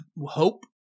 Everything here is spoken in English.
hope